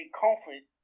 comfort